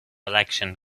election